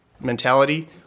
mentality –